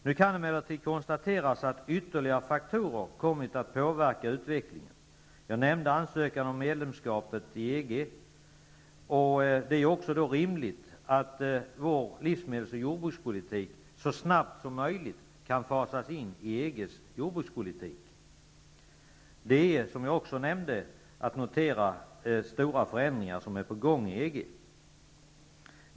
Nu kan emellertid konstateras att ytterligare faktorer kommit att påverka utvecklingen, och jag nämnde tidigare ansökan om medlemskap i EG. Det är då också rimligt att vår livsmedels och jordbrukspolitik så snabbt som möjligt kan fasas in i EG:s jordbrukspolitik. Det är, som jag också nämnde, att notera att stora förändringar är på gång i EG.